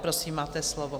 Prosím, máte slovo.